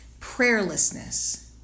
Prayerlessness